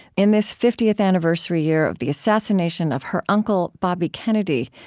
in this fiftieth anniversary year of the assassination of her uncle bobby kennedy,